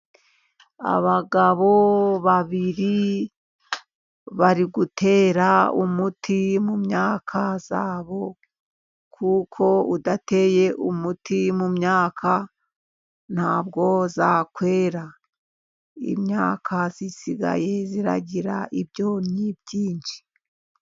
Abagabo babiri bari gutera umuti mu myaka yabo, kuko udateye umuti mu myaka ntabwo yakwera. Imyaka isigaye igira ibyonnyi byinshi.